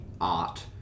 art